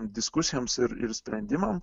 diskusijoms ir ir sprendimam